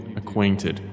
acquainted